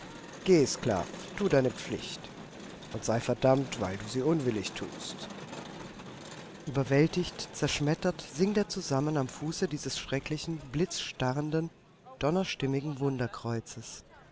geh sklav tu deine pflicht und sei verdammt weil du sie unwillig tust überwältigt zerschmettert sinkt er zusammen am fuße dieses schrecklichen blitzstarrenden donnerstimmigen